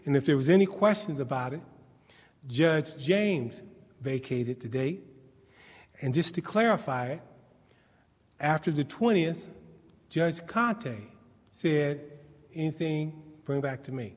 and if there was any questions about it judge james vacated today and just to clarify after the twentieth judge kateri said anything back to me